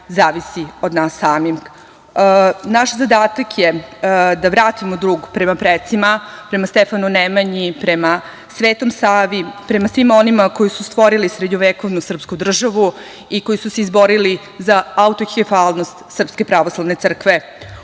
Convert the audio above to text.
od nas samih. Naš zadatak je da vratimo dug prema precima, prema Stefanu Nemanji, prema Svetom Savi, prema svima onima koji su stvorili srednjovekovnu srpsku državu i koji su se izborili za autokefalnost SPC. Usvajanjem